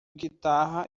guitarra